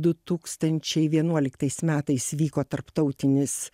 du tūkstančiai vienuoliktais metais vyko tarptautinis